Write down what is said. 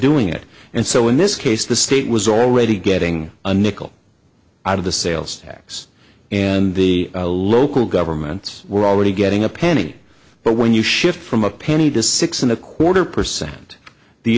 doing it and so in this case the state was already getting a nickel out of the sales tax and the a local governments were already getting a penny but when you shift from a penny to six and a quarter percent the